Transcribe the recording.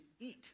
eat